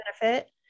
benefit